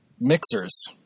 mixers